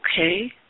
Okay